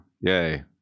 yay